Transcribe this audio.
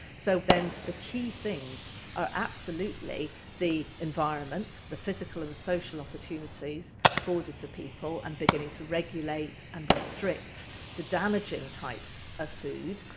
so then the key things are absolutely the environment, the physical and the social opportunities afforded to people, and beginning to regulate and restrict the damaging types of foods,